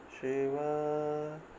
Shiva